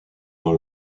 dans